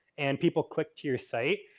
and people click to your site,